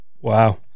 Wow